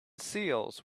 seals